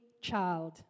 child